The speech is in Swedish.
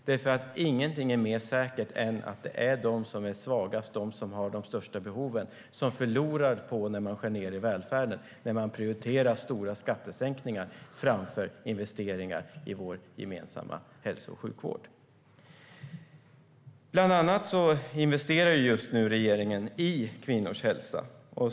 Ingenting är nämligen mer säkert än att det är de som är svagast och har de största behoven som förlorar när man skär ned i välfärden och prioriterar stora skattesänkningar framför investeringar i vår gemensamma hälso och sjukvård. Bland annat investerar regeringen just nu i kvinnors hälsa.